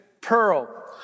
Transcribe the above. pearl